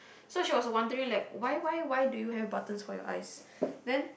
so she was wondering like why why why do you have buttons for your eyes